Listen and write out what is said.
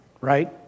right